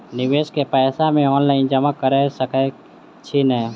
निवेश केँ पैसा मे ऑनलाइन जमा कैर सकै छी नै?